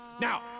Now